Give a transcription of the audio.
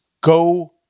go